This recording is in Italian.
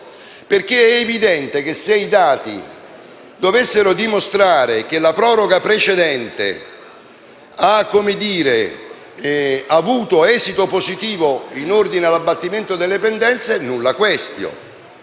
perché è evidente che se i dati dovessero dimostrare che la proroga precedente ha avuto esito positivo in ordine all'abbattimento delle pendenze, *nulla quaestio*,